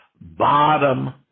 Bottom